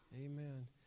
Amen